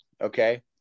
Okay